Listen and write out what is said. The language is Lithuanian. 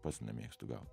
pats nemėgstu gaut